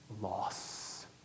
loss